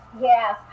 yes